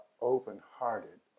open-hearted